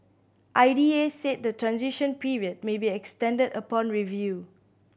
I D A said the transition period may be extended upon review